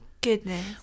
goodness